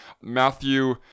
Matthew